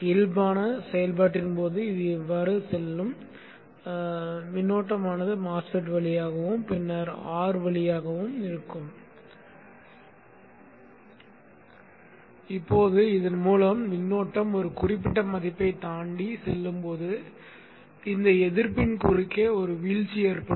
இப்போது இதன் மூலம் மின்னோட்டம் ஒரு குறிப்பிட்ட மதிப்பைத் தாண்டிச் செல்லும் போது இந்த எதிர்ப்பின் குறுக்கே ஒரு வீழ்ச்சி ஏற்படும்